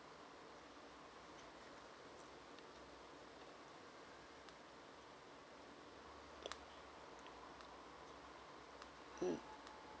mm